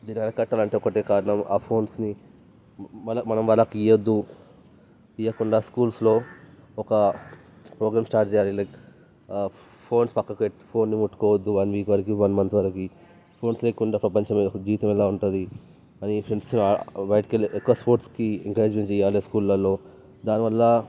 దీన్ని అరికట్టాలి అంటే ఒకటే కారణం మన మనం వాళ్ళకి ఇవ్వద్దు ఇవ్వకుండా స్కూల్స్లో ఒక ప్రోగ్రామ్ స్టార్ట్ చేయాలి లైక్ ఫోన్స్ పక్కకి పెట్టి ఫోన్స్ ముట్టుకోవద్దు ఒక వన్ వీక్ వరకి వన్ మంత్ వరకి ఫోన్స్ లేకుండా జీవితం ఎలా ఉంటుంది అదే ఫెండ్స్తో బయటకి వెళ్ళి ఎక్కువ స్పోర్ట్స్కి ఇంటరెస్ట్ చూపించాలి స్కూళ్ళలలో దానివల్ల